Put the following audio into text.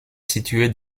situé